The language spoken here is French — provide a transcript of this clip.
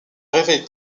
réveil